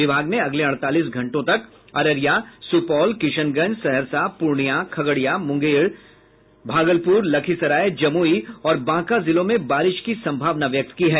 विभाग ने अगले अड़तालीस घंटों तक अररिया सुपौल किशनगंज सहरसा पूर्णियां खगड़िया मुंगेर भागलपुर लखीसराय जमुई और बांका जिलों में बारिश की सम्भावना व्यक्त की है